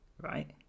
Right